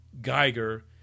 Geiger